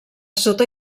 sota